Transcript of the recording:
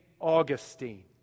Augustine